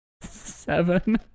Seven